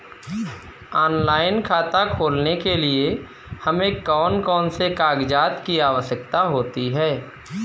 Online खाता खोलने के लिए हमें कौन कौन से कागजात की आवश्यकता होती है?